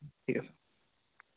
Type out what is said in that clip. ঠিক আছে